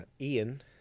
Ian